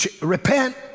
repent